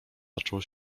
zaczął